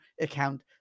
account